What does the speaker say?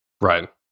Right